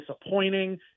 disappointing